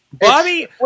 Bobby